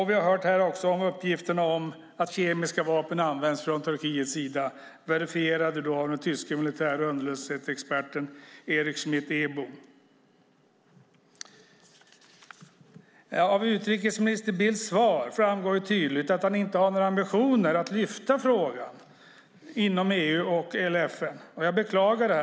Vi har också här hört uppgifter om att kemiska vapen har använts från Turkiets sida. Uppgifterna verifieras av den tyske militär och underrättelseexperten Erich Schmidt Eenboom. Av utrikesminister Bildts svar framgår tydligt att han inte har några ambitioner att lyfta frågan inom EU eller FN. Jag beklagar detta.